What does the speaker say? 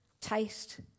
taste